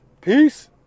Peace